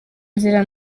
nzira